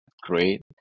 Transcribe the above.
great